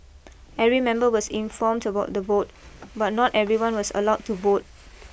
every member was informed about the vote but not everyone was allowed to vote